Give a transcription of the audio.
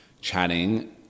chatting